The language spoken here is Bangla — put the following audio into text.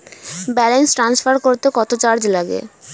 ব্যালেন্স ট্রান্সফার করতে কত চার্জ লাগে?